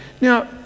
Now